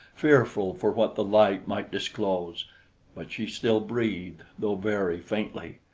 fearful for what the light might disclose but she still breathed, though very faintly.